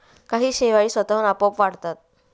काही शेवाळी स्वतःहून आपोआप वाढतात